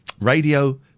RADIO